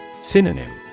Synonym